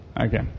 Okay